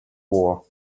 war